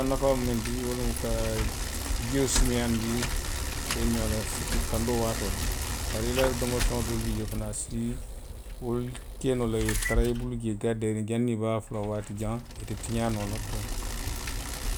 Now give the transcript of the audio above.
A nafaa mu miŋ ti wo loŋ ka jio sumuyaandi. ka i miŋ a la siritu kandoo waatoo la. bari i la domorifeŋolu doolu bi jee wolu fanaŋ si, wolu ke noo le i ye tara i bulu jee garideriŋ fo janniŋ i be a fo la waati jaŋ, ite tiňaa noo la